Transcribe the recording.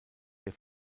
der